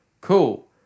Cool